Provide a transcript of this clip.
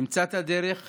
נמצא את הדרך למנוע,